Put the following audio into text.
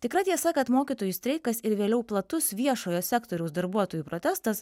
tikra tiesa kad mokytojų streikas ir vėliau platus viešojo sektoriaus darbuotojų protestas